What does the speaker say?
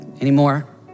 anymore